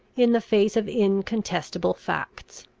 in the face of incontestable facts?